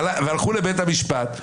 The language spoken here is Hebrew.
והלכו לבית המשפט,